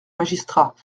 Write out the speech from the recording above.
magistrat